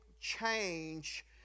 change